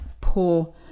poor